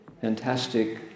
fantastic